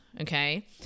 Okay